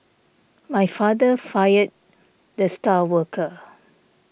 my father fired the star worker